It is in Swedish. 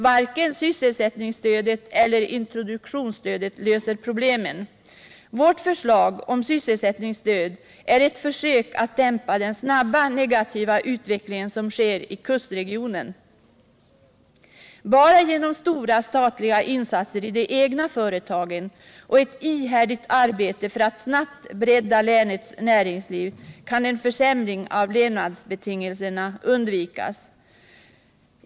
Varken sysselsättningsstödet eller introduktionsstödet löser problemen. Vårt förslag om sysselsättningsstöd är ett försök att dämpa den snabba negativa utveckling som sker i kustregionen. Bara genom stora statliga insatser i de egna företagen och ett ihärdigt arbete för att snabbt bredda länens näringsliv kan en försämring av levnadsbetingelserna undvikas.